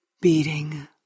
beating